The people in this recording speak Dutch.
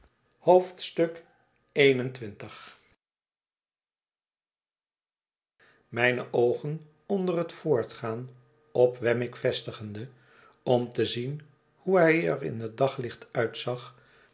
xxi mijne oogen onder het voortgaan op wemmick vestigende om te zien hoe hij er in het dagiicht uitzag